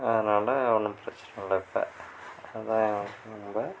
அதனால் ஒன்றும் பிரச்சனை இல்லை இப்போ அதுதான் என்னோடய